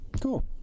Cool